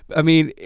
i mean,